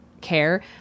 care